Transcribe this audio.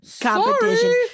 competition